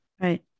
Right